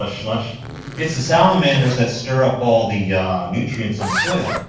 ah slush it's the salamanders that stir up all the nutrients in soil.